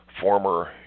former